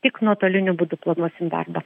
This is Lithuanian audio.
tik nuotoliniu būdu planuosim darbą